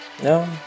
No